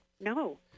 no